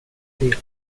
fel